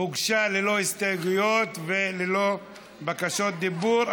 ללא הסתייגויות וללא בקשות דיבור.